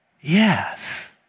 yes